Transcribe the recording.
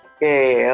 Okay